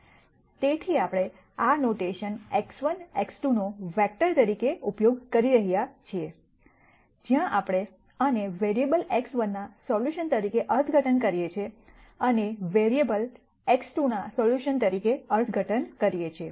તેથી આપણે આ નોટેશન x1 x2 નો વેક્ટર તરીકે ઉપયોગ કરી રહ્યા છીએ જ્યાં આપણે આને વેરીએબ્લસ x1 ના સોલ્યુશન તરીકે અર્થઘટન કરીએ છીએ અને વેરીએબ્લસ x2 ના સોલ્યુશન તરીકે અર્થઘટન કરીએ છીએ